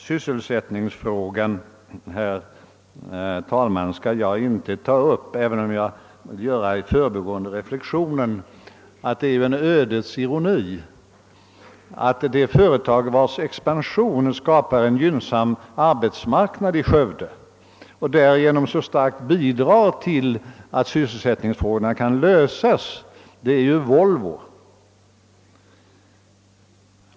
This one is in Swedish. Sysselsättningsfrågan, herr talman, skall jag inte ta upp, även om jag i förbigående vill göra reflexionen att det är en ödets ironi att det företag, vars expansion skapar en gynnsam arbetsmarknad i Skövde och som därigenom så starkt bidrar till att sysselsättningsproblemen kan lösas, är Volvo.